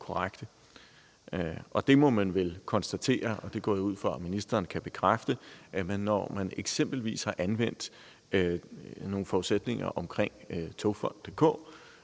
Man må vel konstatere, og det går jeg ud fra at ministeren kan bekræfte, at når der eksempelvis er anvendt nogle forudsætninger om Togfonden